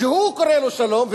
שהוא קורא לו שלום,